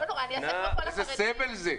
איזה סבל זה.